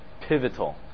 pivotal